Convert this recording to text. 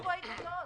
איפה ההיגיון?